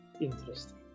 Interesting